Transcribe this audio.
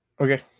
Okay